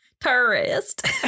tourist